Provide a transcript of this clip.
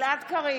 גלעד קריב,